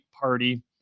party